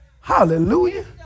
Hallelujah